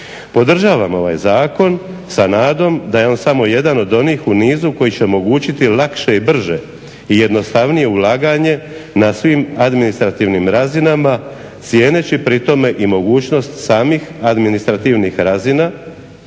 Podržavam ovaj zakon sa nadom da je on samo jedan od onih u nizu koji će omogućiti lakše i brže i jednostavnije ulaganje na svim administrativnim razinama cijeneći pri tome i mogućnost samih administrativnih razina,